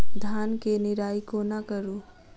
धान केँ निराई कोना करु?